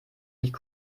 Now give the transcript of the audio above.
nicht